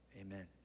amen